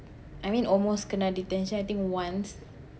I mean almost kena detention I think once